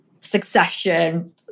succession